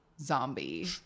zombie